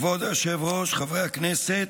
כבוד היושב-ראש, חברי הכנסת,